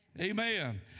Amen